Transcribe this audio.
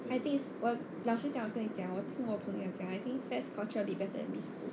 I think it's 我老实讲我跟你讲我听我朋友讲 I think fares culture a bit better than biz school